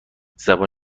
زبان